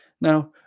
Now